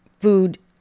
food